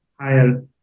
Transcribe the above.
higher